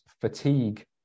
fatigue